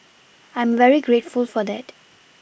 I'm very grateful for that